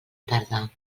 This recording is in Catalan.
tarda